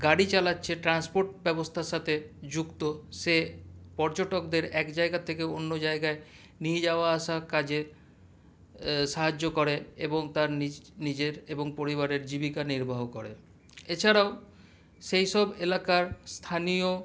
গাড়ি চালাচ্ছে ট্রান্সপোর্ট ব্যবস্থার সাথে যুক্ত সে পর্যটকদের এক জায়গা থেকে অন্য জায়গায় নিয়ে যাওয়া আসার কাজে সাহায্য করে এবং তার নিজে নিজের এবং পরিবারের জীবিকা নির্বাহ করে এছাড়াও সেইসব এলাকার স্থানীয়